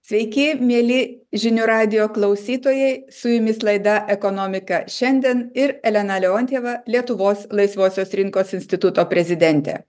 sveiki mieli žinių radijo klausytojai su jumis laida ekonomika šiandien ir elena leontjeva lietuvos laisvosios rinkos instituto prezidentė